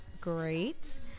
Great